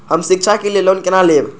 हम शिक्षा के लिए लोन केना लैब?